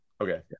Okay